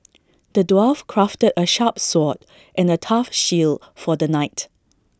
the dwarf crafted A sharp sword and A tough shield for the knight